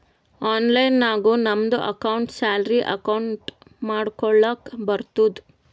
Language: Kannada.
ಆನ್ಲೈನ್ ನಾಗು ನಮ್ದು ಅಕೌಂಟ್ಗ ಸ್ಯಾಲರಿ ಅಕೌಂಟ್ ಮಾಡ್ಕೊಳಕ್ ಬರ್ತುದ್